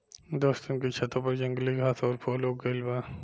दोस्तन के छतों पर जंगली घास आउर फूल उग गइल बा